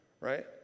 Right